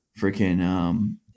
freaking